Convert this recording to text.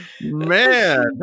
Man